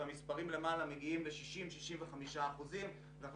והמספרים למעלה מגיעים ל-60% 65%. אנחנו